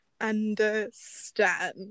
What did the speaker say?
understand